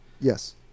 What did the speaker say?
Yes